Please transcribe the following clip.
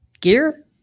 Gear